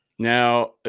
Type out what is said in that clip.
Now